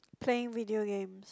playing video games